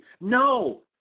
No